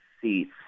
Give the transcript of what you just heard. seats